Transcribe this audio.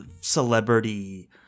celebrity